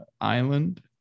island